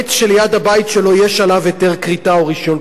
הבית שלו יש עליו היתר כריתה או רשיון כריתה?